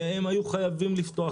והם היו חייבים לפתוח.